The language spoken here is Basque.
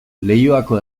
leioako